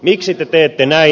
miksi te teette näin